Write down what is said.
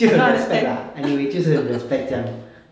就很 respect lah anyway 就是很 respect 这样